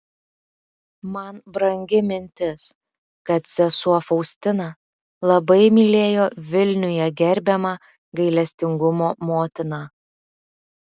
man brangi mintis kad sesuo faustina labai mylėjo vilniuje gerbiamą gailestingumo motiną